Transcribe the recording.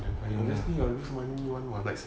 obviously lose money one what